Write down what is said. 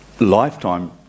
lifetime